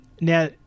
Now